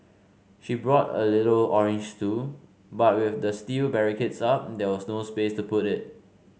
she brought a little orange stool but with the steel barricades up there was no space to put it